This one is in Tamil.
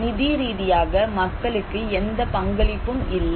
நிதிரீதியாக மக்களுக்கு எந்த பங்களிப்பும் இல்லை